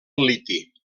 liti